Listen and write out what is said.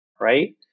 right